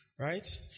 right